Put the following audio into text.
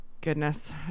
goodness